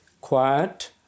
quiet